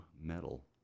metal